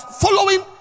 following